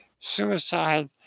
suicide